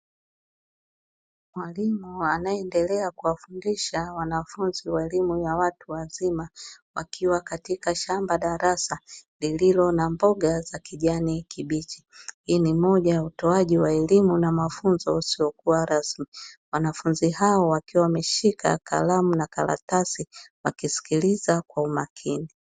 Mwalimu anaye endelea kuwafundisha wanafunzi wa elimu ya watu wazima wakiwa katika shamba darasa liliko na mboga za kijani kibichi, hii ni moja ya utoaji wa elimu na mafunzo yasiyokuwa rasmi, wanafunzi hao wakiwa wameshika kalamu na karatasi wakisikiliza kwa umakini.